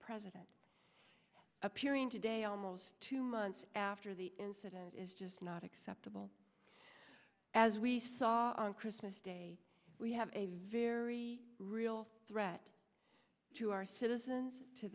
president appearing today almost two months after the incident is just not acceptable as we saw on christmas day we have a very real threat to our citizens to